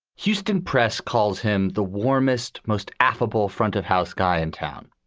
houston press calls him the warmest, most affable fronted house guy in town.